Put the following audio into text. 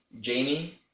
Jamie